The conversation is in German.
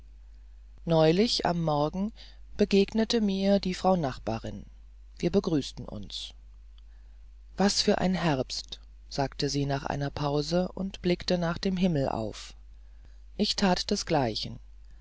neulich am morgen begegnete mir die frau nachbarin wir begrüßten uns was für ein herbst sagte sie nach einer pause und blickte nach dem himmel auf ich tat desgleichen